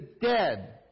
dead